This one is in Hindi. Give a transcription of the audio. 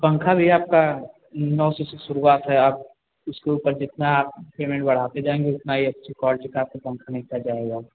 पंखा भी आपका नौ सौ से शुरूआत है आप उसके ऊपर जितना आप पेमेंट बढ़ाते जाएँगे उतना ही अच्छी क्वालटी का आपको पंखा मिलता जाएगा